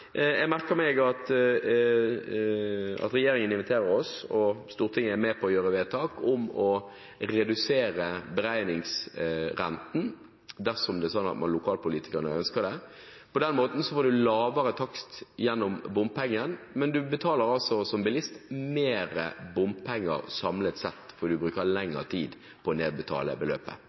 Jeg merker meg at regjeringen inviterer oss og Stortinget med på å gjøre vedtak om å redusere beregningsrenten dersom lokalpolitikerne ønsker det. På den måten får man en lavere takst gjennom bompengene, men man betaler som bilist mer penger samlet sett, fordi man bruker lengre tid på å nedbetale beløpet.